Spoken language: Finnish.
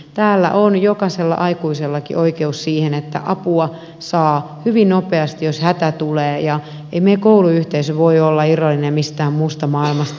täällä on jokaisella aikuisellakin oikeus siihen että apua saa hyvin nopeasti jos hätä tulee ja ei meidän kouluyhteisö voi olla irrallinen mistään muusta maailmasta